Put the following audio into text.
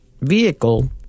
vehicle